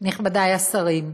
נכבדיי השרים,